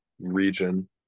region